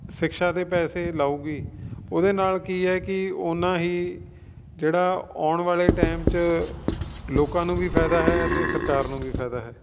ਸ਼ਿਖਸ਼ਾ ਦੇ ਪੈਸੇ ਲਾਉਗੀ ਉਹਦੇ ਨਾਲ ਕੀ ਹੈ ਕਿ ਓਨਾ ਹੀ ਜਿਹੜਾ ਆਉਣ ਵਾਲੇ ਟਾਈਮ 'ਚ ਲੋਕਾਂ ਨੂੰ ਵੀ ਫਾਇਦਾ ਹੈ ਅਤੇ ਸਰਕਾਰ ਨੂੰ ਵੀ ਫਾਇਦਾ ਹੈ